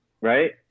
right